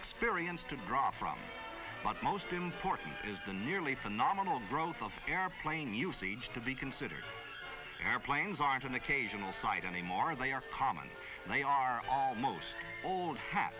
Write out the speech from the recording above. experience to draw from but most important is the nearly phenomenal growth of airplane usage to be considered airplanes aren't an occasional side anymore they are common and they are most old hat